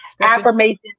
affirmations